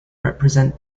represent